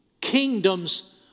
kingdom's